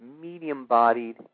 medium-bodied